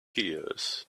tears